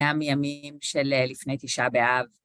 גם ימים של לפני תשעה באב.